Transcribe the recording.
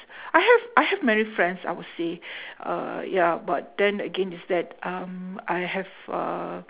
I have I have many friends I would say uh ya but then again it's that um I have uh